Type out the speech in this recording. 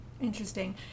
Interesting